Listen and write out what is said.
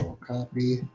copy